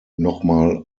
nochmal